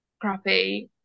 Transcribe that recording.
crappy